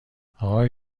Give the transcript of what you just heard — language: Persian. اقای